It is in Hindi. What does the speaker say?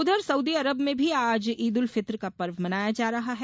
उधर सउदी अरब में भी आज ईदुल फिव्र का पर्व मनाया जा रहा है